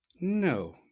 no